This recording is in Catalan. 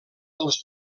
dels